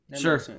sure